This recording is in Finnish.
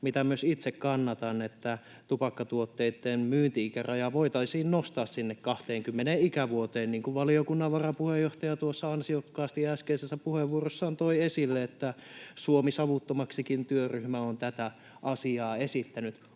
mitä myös itse kannatan — että tupakkatuotteitten myynti-ikäraja voitaisiin nostaa sinne 20 ikävuoteen. Niin kuin valiokunnan varapuheenjohtaja tuossa ansiokkaasti äskeisessä puheenvuorossaan toi esille, Suomi savuttomaksi ‑työryhmäkin on tätä asiaa esittänyt.